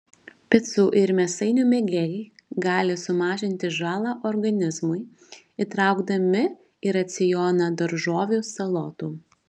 picų ir mėsainių mėgėjai gali sumažinti žalą organizmui įtraukdami į racioną daržovių salotų